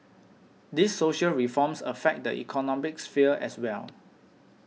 these social reforms affect the economic sphere as well